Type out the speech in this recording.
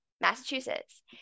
Massachusetts